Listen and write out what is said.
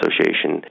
Association